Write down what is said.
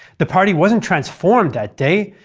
the party wasn't transformed that day,